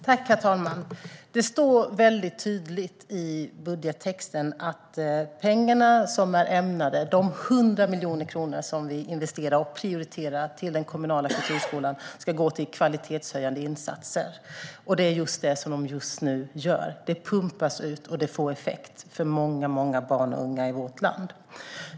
Herr talman! Det står mycket tydligt i budgettexten att de 100 miljoner kronor som vi investerar och prioriterar till den kommunala musikskolan ska gå till kvalitetshöjande insatser. Det är just det som nu sker. De pumpas ut, och det får effekt för många barn och unga i vårt land.